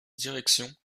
direction